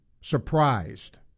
Surprised